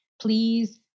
please